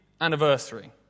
Anniversary